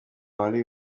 wari